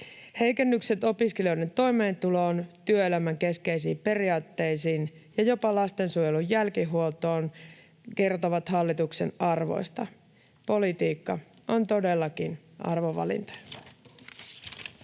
Heikennykset opiskelijoiden toimeentuloon, työelämän keskeisiin periaatteisiin ja jopa lastensuojelun jälkihuoltoon kertovat hallituksen arvoista. Politiikka on todellakin arvovalintoja.